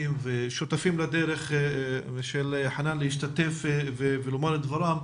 ושותפים לדרך של חנאן להשתתף ולומר את דברם,